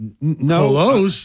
No